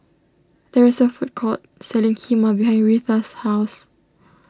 there is a food court selling Kheema behind Reatha's house